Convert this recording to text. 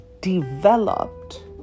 developed